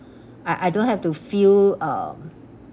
I I don't have to feel uh